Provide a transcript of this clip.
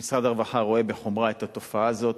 משרד הרווחה רואה בחומרה את התופעה הזאת,